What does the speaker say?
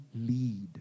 lead